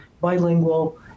bilingual